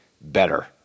better